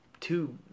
two